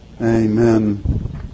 Amen